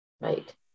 right